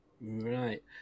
Right